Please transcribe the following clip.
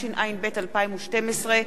התשע"ב 2012,